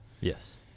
yes